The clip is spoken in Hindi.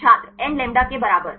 छात्र nλ के बराबर